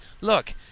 look